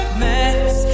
mess